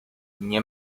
nie